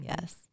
yes